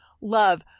love